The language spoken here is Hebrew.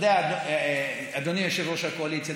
אדוני יושב-ראש הקואליציה,